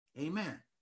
amen